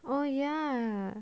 oh ya